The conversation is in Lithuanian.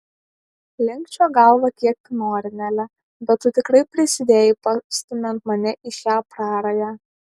linkčiok galvą kiek nori nele bet tu tikrai prisidėjai pastumiant mane į šią prarają